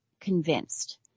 convinced